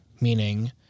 Meaning